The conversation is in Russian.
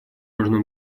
можно